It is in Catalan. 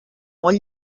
molt